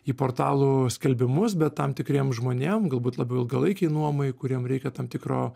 į portalų skelbimus bet tam tikriem žmonėm galbūt labiau ilgalaikei nuomai kuriem reikia tam tikro